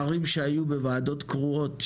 ערים שהיו בוועדות קרואות,